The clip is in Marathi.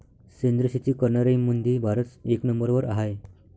सेंद्रिय शेती करनाऱ्याईमंधी भारत एक नंबरवर हाय